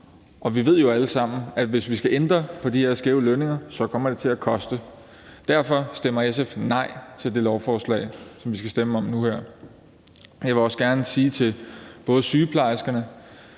Vi ved jo alle sammen, at hvis vi skal ændre på de her skæve lønninger, kommer det til at koste. Derfor stemmer SF nej til det lovforslag, som vi skal stemme om nu her. Jeg vil også gerne sige til både sygeplejerskerne,